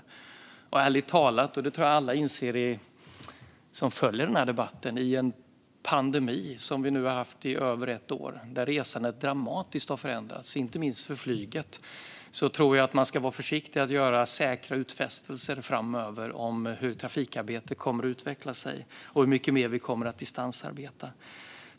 Jag tror ärligt talat att alla som följer den här debatten inser att i en pandemi som vi nu har haft i över ett år, där resandet dramatiskt har förändrats inte minst för flyget, ska man vara försiktig med att göra säkra utfästelser om hur trafikarbetet kommer att utveckla sig och hur mycket mer vi kommer att distansarbeta.